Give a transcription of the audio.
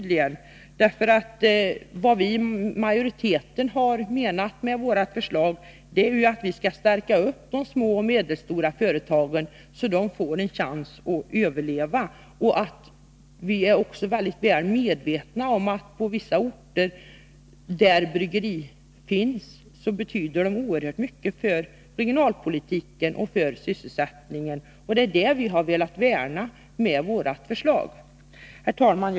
Det vi i majoriteten har menat med våra förslag är att vi skall stärka de små och medelstora företagen så att de får en chans att överleva. Vi är också mycket väl medvetna om att bryggeriet, på vissa orter där sådant finns, betyder oerhört mycket för regionalpolitiken och för sysselsättningen. Det är det vi har velat värna om med våra förslag. Herr talman!